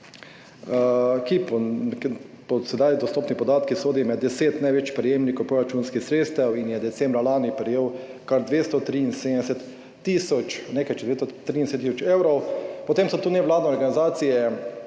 ki po sedaj dostopnih podatkih sodi med deset največ prejemnikov proračunskih sredstev in je decembra lani prejel kar 273 tisoč, nekaj čez 230 tisoč evrov. Potem so tu nevladne organizacije,